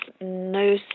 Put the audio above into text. no